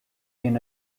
been